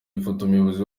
ifotoumuyobozi